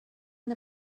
one